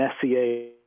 SCA